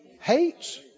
Hates